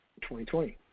2020